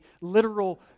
literal